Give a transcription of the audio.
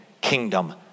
kingdom